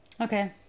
Okay